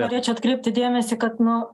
norėčiau atkreipti dėmesį kad nu